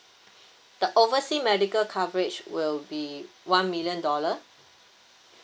the oversea medical coverage will be one million dollar